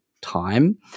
time